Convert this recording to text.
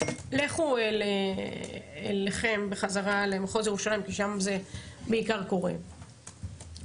לכו אליכם בחזרה למחוז ירושלים כי שמה זה בעיקר קורה ותנסו